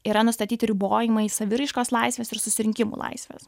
yra nustatyti ribojimai saviraiškos laisvės ir susirinkimų laisvės